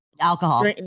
alcohol